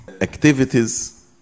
activities